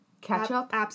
ketchup